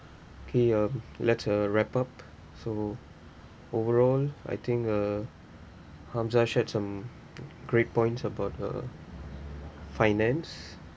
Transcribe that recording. K um let's uh wrap up so overall I think uh hamzah shared some great points about uh finance